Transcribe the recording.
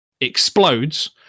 explodes